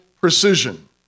precision